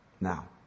now